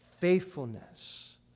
Faithfulness